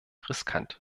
riskant